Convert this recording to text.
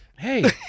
hey